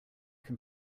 can